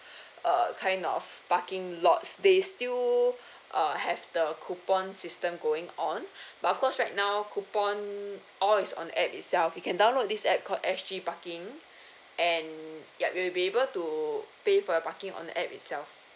uh kind of parking lots they still err have the coupon system going on but of course right now coupon all is on air itself you can download this A_P_P called S_G parking and yup you will be able to pay for your parking on A_P_P itself